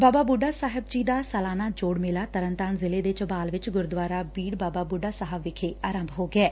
ਬਾਬਾ ਬੁੱਢਾ ਸਾਹਿਬ ਜੀ ਦਾ ਸਾਲਾਨਾ ਜੋੜ ਮੇਲਾ ਤਰਨਤਾਰਨ ਜ਼ਿਲੇ ਦੇ ਝਬਾਲ ਵਿਚ ਗੁਰਦੁਆਰਾ ਬੀੜ ਬਾਬਾ ਬੁੱਢਾ ਸਾਹਿਬ ਵਿਖੇ ਆਰੰਭ ਹੋ ਗਿਐ